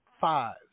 five